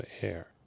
air